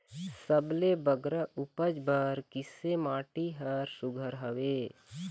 सबले बगरा उपज बर किसे माटी हर सुघ्घर हवे?